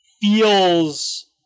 feels